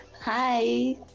hi